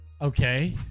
Okay